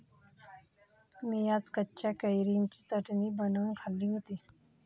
मी आज कच्च्या कैरीची चटणी बनवून खाल्ली होती